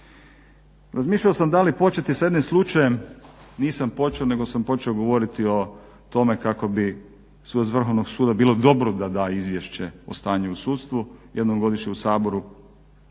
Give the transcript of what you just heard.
Razmišljao sam da li početi sa jednim slučajem, nisam počeo nego sam počeo govoriti o tome kako bi sudac Vrhovnog suda bilo dobro da da izvješće o stanju u sudstvu jednom godišnje u Saboru.